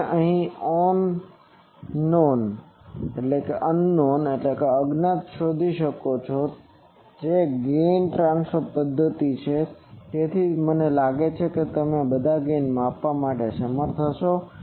તેથી તમે unknown અજ્ઞાતunknownવસ્તુ શોધી શકો છો જેથી આ ગેઇન ટ્રાન્સફર પદ્ધતિ છે તેથી મને લાગે છે કે તમે બધા ગેઇનને માપવામાં સમર્થ હશો